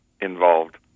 involved